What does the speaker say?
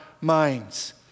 minds